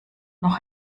noch